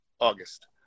August